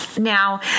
Now